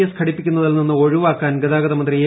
S ഘടിപ്പിക്കുന്നതിൽ നിന്നും ഒഴിവാക്കാൻ ഗതാഗതമന്ത്രി എ